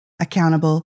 accountable